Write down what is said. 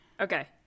Okay